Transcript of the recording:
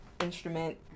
instrument